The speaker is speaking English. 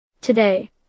Today